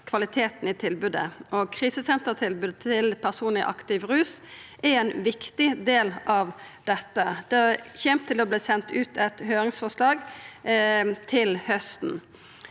kvaliteten i tilbodet. Krisesentertilbodet til personar i aktiv rus er ein viktig del av dette. Det kjem til å verta sendt ut eit høyringsforslag til hausten.